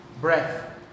breath